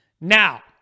Now